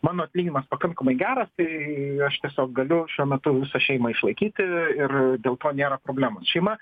mano atlyginimas pakankamai geras tai aš tiesiog galiu šiuo metu visą šeimą išlaikyti ir dėl to nėra problemos šeima